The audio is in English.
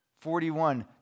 Forty-one